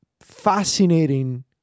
fascinating